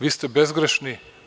Vi ste bezgrešni.